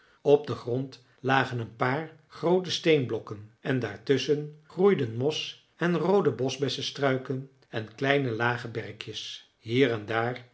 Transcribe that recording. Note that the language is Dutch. op den grond lagen een paar groote steenblokken en daartusschen groeiden mos en roode boschbessestruiken en kleine lage berkjes hier en daar